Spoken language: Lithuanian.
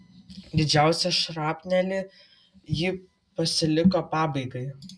didžiausią šrapnelį ji pasiliko pabaigai